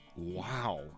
Wow